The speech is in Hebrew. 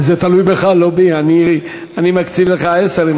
זה תלוי בך, לא בי, אני מקציב לך עשר.